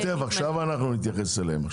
עכשיו אנחנו נתייחס אליהם.